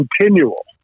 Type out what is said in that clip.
continual